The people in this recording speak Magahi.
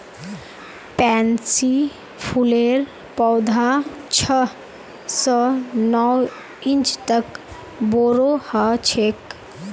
पैन्सी फूलेर पौधा छह स नौ इंच तक बोरो ह छेक